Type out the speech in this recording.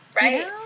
right